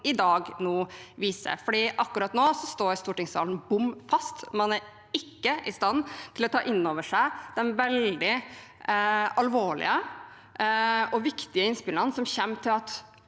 i dag er. Akkurat nå står stortingssalen bom fast. Man er ikke i stand til å ta innover seg de veldig alvorlige og viktige innspillene som kommer til at